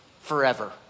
forever